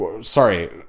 Sorry